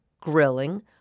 grilling